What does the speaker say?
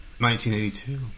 1982